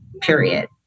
period